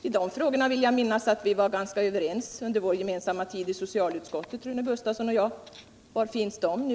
I de frågorna vill jag minnas att Rune Gustavsson och jag var ganska överens under vår gemensamma tid i socialutskottet. Hur ligger det till med dem nu?